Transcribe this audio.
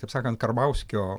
taip sakant karbauskio